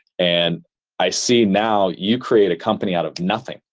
and i see now you created a company out of nothing.